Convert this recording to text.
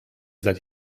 seit